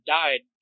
died